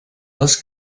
les